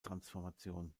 transformation